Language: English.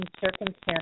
circumstances